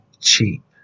cheap